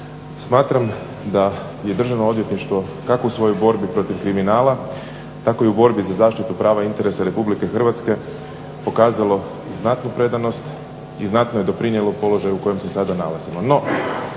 Smatram da je Državno odvjetništvo kako u svojoj borbi protiv kriminala tako i u borbi za zaštitu prava i interesa RH pokazalo znatnu predanost i znatno je doprinijelo položaju u kojem se sada nalazimo.